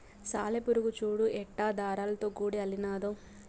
సాలెపురుగు చూడు ఎట్టా దారాలతో గూడు అల్లినాదో